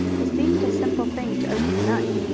it seemed a simple thing to open the knife,